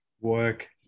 Work